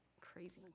Crazy